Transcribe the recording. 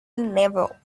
never